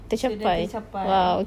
kira tercapai